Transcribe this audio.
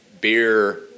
beer